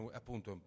appunto